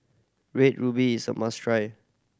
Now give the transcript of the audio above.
Red Ruby is a must try